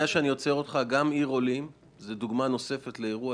-- עיר עולים זו דוגמה נוספת לאירוע